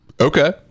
Okay